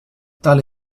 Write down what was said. tale